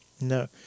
No